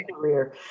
career